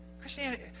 Christianity